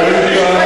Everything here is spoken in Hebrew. אין טעם,